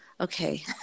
okay